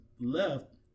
left